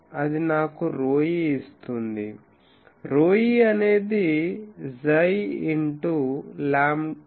అది నాకు ρe ఇస్తుంది ρe అనేది 𝝌 x 8 లాంబ్డా అవుతుంది